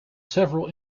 several